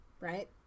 Right